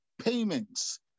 payments